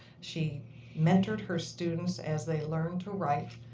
she mentored her students as they learned to write,